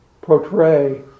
portray